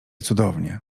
cudownie